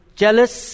jealous